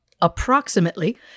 approximately